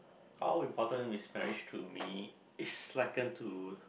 how important is marriage to me is to